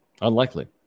unlikely